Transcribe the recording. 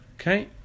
Okay